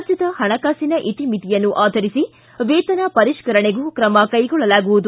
ರಾಜ್ಯದ ಪಣಕಾಸಿನ ಇತಿಮಿತಿಯನ್ನು ಆಧರಿಸಿ ವೇತನ ಪರಿಷ್ಠರಣೆಗೂ ಕ್ರಮ ಕೈಗೊಳ್ಳಲಾಗುವುದು